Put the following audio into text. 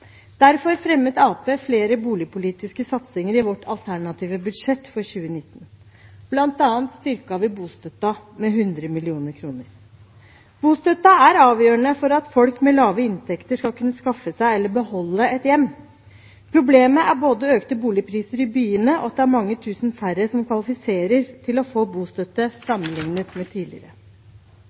Derfor fremmet Arbeiderpartiet flere boligpolitiske satsinger i vårt alternative budsjett for 2019. Blant annet styrket vi bostøtten med 100 mill. kr. Bostøtten er avgjørende for at folk med lave inntekter skal kunne skaffe seg eller beholde et hjem. Problemet er både økte boligpriser i byene og at det er mange tusen færre som kvalifiserer til å få bostøtte sammenlignet med tidligere.